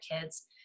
kids